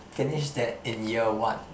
finish that in year one